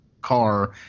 car